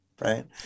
right